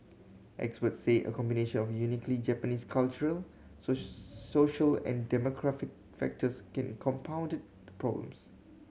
experts say a combination of uniquely Japanese cultural so social and demographic factors can compounded the problems